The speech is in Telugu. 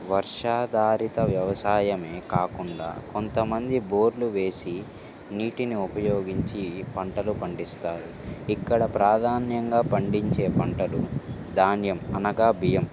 వర్షాధారిత వ్యవసాయం కాకుండా కొంతమంది బోర్లు వేసి నీటిని ఉపయోగించి పంటలు పండిస్తారు ఇక్కడ ప్రధానంగా పండించే పంటలు ధాన్యం అనగా బియ్యం